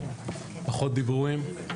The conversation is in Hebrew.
פחות דיבורים.